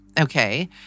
Okay